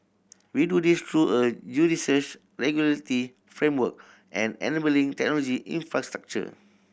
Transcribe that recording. we do this through a judicious framework and enabling technology infrastructure